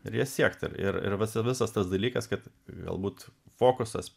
ir jas siekti ir ir visa visas tas dalykas kad galbūt fokusas